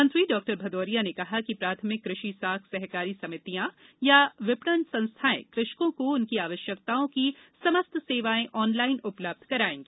मंत्री डॉ भदौरिया ने कहा कि प्राथमिक कृषि साख सहकारी समितियाँ एवं विपणन संस्थाएँ कृषकों को उनकी आवश्यकताओं की समस्त सेवाएँ ऑनलाइन उपलब्ध करायेंगी